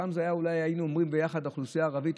פעם אולי היינו אומרים שזה ביחד עם האוכלוסייה הערבית,